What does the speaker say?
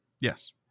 Yes